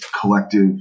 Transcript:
collective